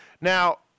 Now